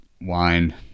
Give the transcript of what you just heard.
wine